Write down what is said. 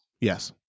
Yes